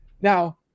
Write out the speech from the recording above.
Now